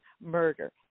murder